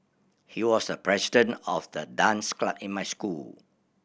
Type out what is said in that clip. he was the president of the dance club in my school